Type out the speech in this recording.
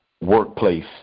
workplace